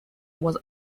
was